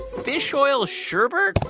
fish oil sherbet?